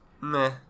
Meh